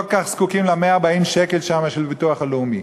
כל כך זקוקים ל-140 שקל של הביטוח הלאומי.